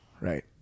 right